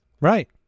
Right